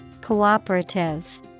Cooperative